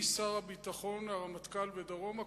משר הביטחון והרמטכ"ל דרומה,